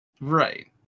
Right